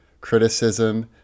criticism